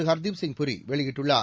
ஹர்தீப்சிங் பூரி வெளியிட்டுள்ளார்